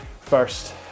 first